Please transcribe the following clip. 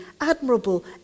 admirable